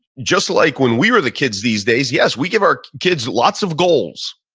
just like when we were the kids these days, yes, we give our kids lots of goals,